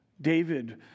David